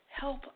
help